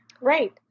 Right